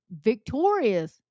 victorious